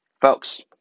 Folks